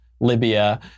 Libya